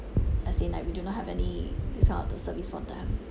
as in like we do not have any this kind of the service for them